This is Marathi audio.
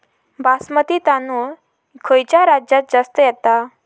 बासमती तांदूळ खयच्या राज्यात जास्त येता?